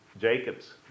Jacob's